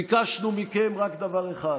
ביקשנו מכם רק דבר אחד: